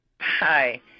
Hi